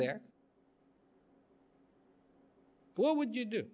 there what would you do